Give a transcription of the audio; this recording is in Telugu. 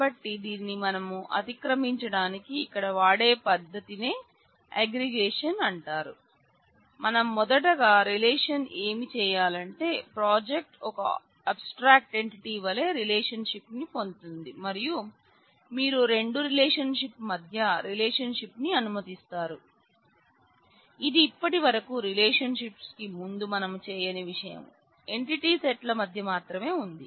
కాబట్టి దీనిని మనం అతిక్రమించటానికి ఇక్కడ వాడే పద్దతినే అగ్రిగేషన్ వలె రిలేషన్షిప్ని పొందుతుంది మరియు మీరు రెండు రిలేషన్షిప్ ల మధ్య రిలేషన్షిప్ని అనుమతిస్తారు ఇది ఇప్పటివరకు రిలేషన్షిప్ కి ముందు మనము చేయని విషయం ఎంటిటీ సెట్ల మధ్య మాత్రమే ఉంది